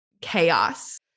chaos